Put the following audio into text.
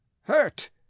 hurt